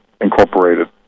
incorporated